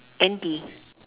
N_T